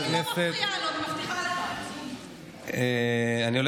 אני לא מפריעה לו, אני מבטיחה לך.